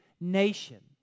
nation